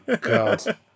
God